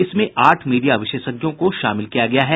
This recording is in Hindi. इसमें आठ मीडिया विशेषज्ञों को शामिल किया गया है